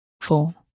four